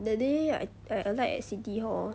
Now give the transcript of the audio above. that day I I alight at city hall